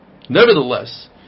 Nevertheless